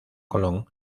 colón